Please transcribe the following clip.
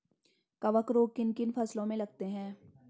कवक रोग किन किन फसलों में लगते हैं?